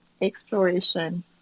Exploration